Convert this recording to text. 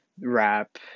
rap